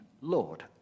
Lord